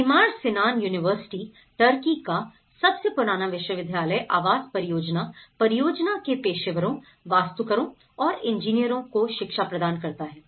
Mimar Sinan university Turkey का सबसे पुराना विश्वविद्यालय आवास परियोजना परियोजना के पेशेवरों वास्तुकारों और इंजीनियरों को शिक्षा प्रदान करता है